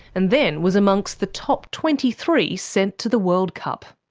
and then was amongst the top twenty three sent to the world cup.